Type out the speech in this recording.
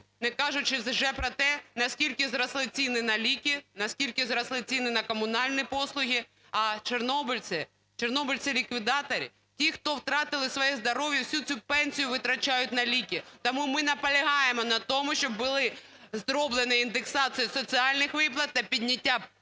не кажучи вже про те, на скільки зросли ціни на ліки, на скільки зросли ціни на комунальні послуги. А чорнобильці, чорнобильці-ліквідатори, ті, хто втратили своє здоров'я, всю цю пенсію витрачають на ліки. Тому ми наполягаємо на тому, щоб була зроблена індексація соціальних виплат та підняття пенсій